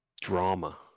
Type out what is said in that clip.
drama